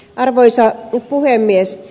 arvoisa puhemies